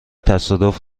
تصادف